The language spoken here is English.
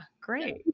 great